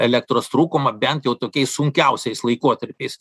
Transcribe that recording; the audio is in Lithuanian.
elektros trūkumą bent jau tokiais sunkiausiais laikotarpiais